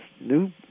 new